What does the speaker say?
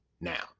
now